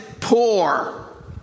poor